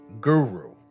Guru